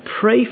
pray